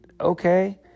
okay